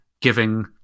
giving